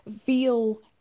feel